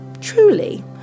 Truly